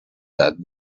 that